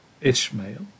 Ishmael